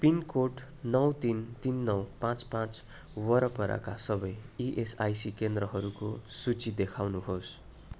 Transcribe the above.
pin code नौ तिन तिन नौ पाँच पाँच वरपरका सबै इएसआइसी केन्द्रहरूको सूची देखाउनुहोस्